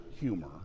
humor